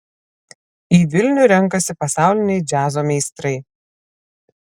į vilnių renkasi pasauliniai džiazo meistrai